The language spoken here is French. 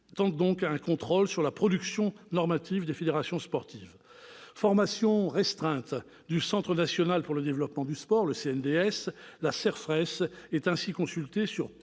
des régions - un contrôle sur la production normative des fédérations sportives. Formation restreinte du Centre national pour le développement du sport, le CNDS, la CERFRES est ainsi consultée sur